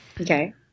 Okay